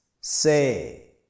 say